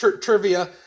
trivia